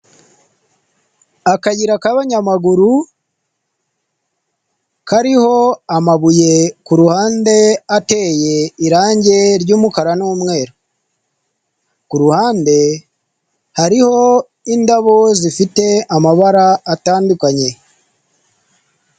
Akayira k'abanyamaguru kariho amabuye ku ruhande ateye irangi ry'umukara n'umweru. Kuruhande hariho indabo zifite amabara atandukanye.